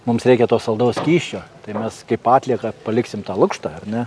mums reikia to saldaus skysčio tai mes kaip atlieką paliksime tą lukštą ar ne